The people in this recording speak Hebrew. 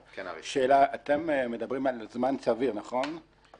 שאלה: אתם מדברים על זמן סביר לתקן,